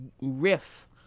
riff